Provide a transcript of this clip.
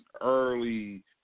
early